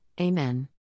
Amen